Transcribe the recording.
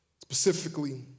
specifically